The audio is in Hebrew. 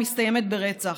מסתיימת ברצח,